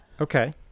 okay